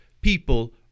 people